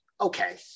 Okay